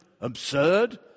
absurd